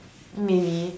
maybe